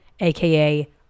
AKA